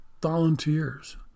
Volunteers